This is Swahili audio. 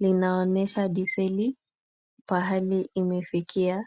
Linaonyesha diseli pahali imefikia.